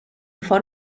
for